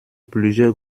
plusieurs